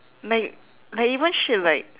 like like even shit like